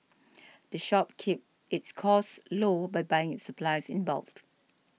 the shop keeps its costs low by buying its supplies in bulk